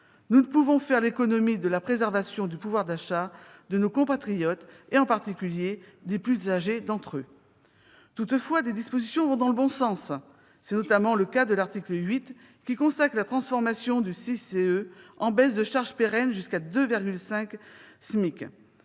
nous ne pouvons faire l'économie de la préservation du pouvoir d'achat de nos compatriotes, en particulier des plus âgés. Toutefois, des dispositions vont dans le bon sens. C'est notamment le cas de l'article 8, qui consacre la transformation du CICE en baisses de charges pérennes jusqu'à 2,5 SMIC.